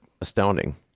astounding